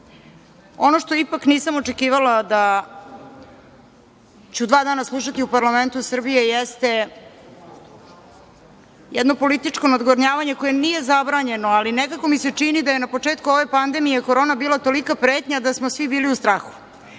što ipak nisam očekivala da ću dva dana slušati u parlamentu Srbije jeste jedno političko nadgornjavanje koje nije zabranjeno, ali nekako mi se čini da je na početku ove pandemije Korona bila tolika pretnja da smo svi bili u strahu. Ja